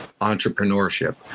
entrepreneurship